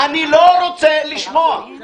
אני לא רוצה לשמוע אף אחד מכם.